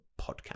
podcast